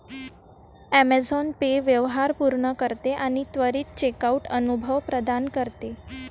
Amazon Pay व्यवहार पूर्ण करते आणि त्वरित चेकआउट अनुभव प्रदान करते